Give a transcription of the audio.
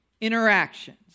interactions